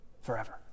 forever